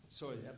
sorry